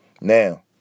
Now